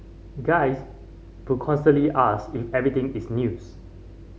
guys who constantly ask if everything is news